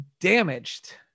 damaged